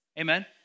Amen